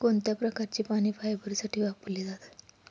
कोणत्या प्रकारची पाने फायबरसाठी वापरली जातात?